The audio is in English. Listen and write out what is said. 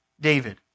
David